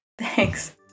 Thanks